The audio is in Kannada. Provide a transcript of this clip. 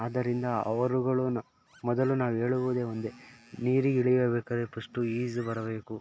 ಆದ್ದರಿಂದ ಅವರುಗಳು ನ ಮೊದಲು ನಾವು ಹೇಳುವುದೆ ಒಂದೆ ನೀರಿಗೆ ಇಳಿಯಬೇಕಾದರೆ ಫಸ್ಟು ಈಜು ಬರಬೇಕು